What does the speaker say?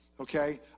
Okay